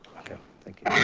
okay. thank you.